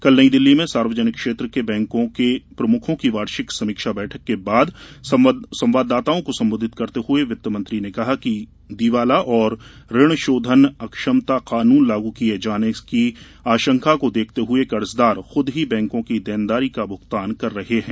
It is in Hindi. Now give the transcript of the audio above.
कल नई दिल्ली में सार्वजनिक क्षेत्र के बैंकों के प्रमुखों की वार्षिक समीक्षा बैठक के बाद संवाददाताओं को संबोधित करते हुए वित्तमंत्री ने कहा कि दीवाला और ऋण शोधन अक्षमता कानून लागू किए जाने की आशंका को देखते हुए कर्जदार खुद ही बैंकों की देनदारी का भुगतान कर रहे हैं